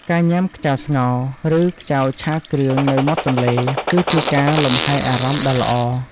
ការញ៉ាំខ្ចៅស្ងោរ ឬខ្ចៅឆាគ្រឿងនៅមាត់ទន្លេ គឺជាការលំហែអារម្មណ៍ដ៏ល្អ។